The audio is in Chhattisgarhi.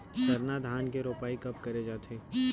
सरना धान के रोपाई कब करे जाथे?